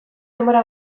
denbora